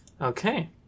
Okay